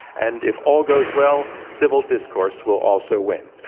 and if all goes well, civil discourse will also win.